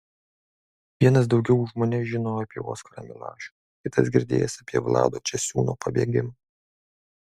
vienas daugiau už mane žino apie oskarą milašių kitas girdėjęs apie vlado česiūno pabėgimą